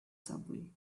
subway